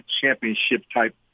championship-type